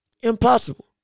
impossible